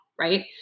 right